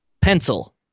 pencil